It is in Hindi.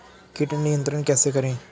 कीट नियंत्रण कैसे करें?